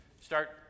start